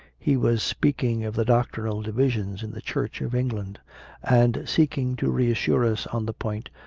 he was speaking of the doctrinal divisions in the church of england and, seeking to reassure us on the point,